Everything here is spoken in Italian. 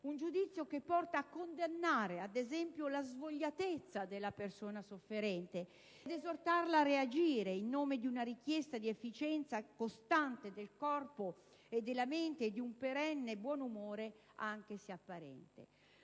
un giudizio che porta a condannare, ad esempio, la "svogliatezza" della persona sofferente e ad esortarla a reagire, in nome di una richiesta di efficienza costante del corpo e della mente e di un perenne buonumore, seppur apparente.